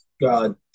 god